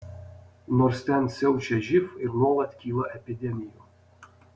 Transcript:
nors ten siaučia živ ir nuolat kyla epidemijų